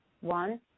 one